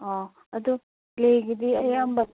ꯑꯥ ꯑꯗꯨ ꯀ꯭ꯂꯦꯒꯤꯗꯤ ꯑꯌꯥꯝꯕ